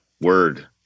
Word